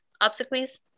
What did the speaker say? Obsequies